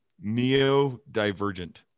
Neo-divergent